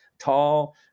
tall